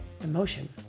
emotion